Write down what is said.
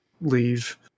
leave